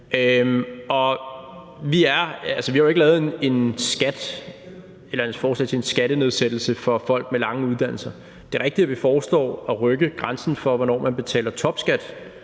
et forslag til en skattenedsættelse for folk med lange uddannelser. Det er rigtigt, at vi foreslår at rykke grænsen for, hvornår man betaler topskat.